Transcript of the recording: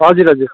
हजुर हजुर